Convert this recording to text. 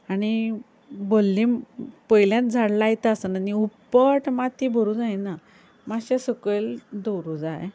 आनी भल्ली पयलेंत झाड लायता आसतना न्ही उप्पाट माती भरूंक जायना मातशें सकयल दवरूंक जाय